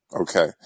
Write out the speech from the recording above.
okay